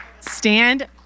stand